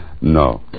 No